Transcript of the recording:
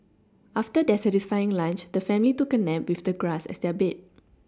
after their satisfying lunch the family took a nap with the grass as their bed